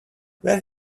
where